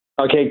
Okay